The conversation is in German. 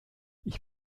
ich